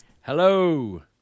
hello